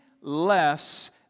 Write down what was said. less